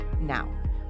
now